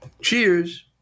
Cheers